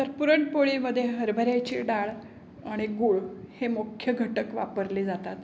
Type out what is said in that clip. तर पुरणपोळीमध्ये हरभऱ्याची डाळ आणि गूळ हे मुख्य घटक वापरले जातात